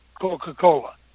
Coca-Cola